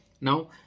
Now